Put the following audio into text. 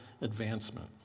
advancement